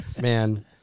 Man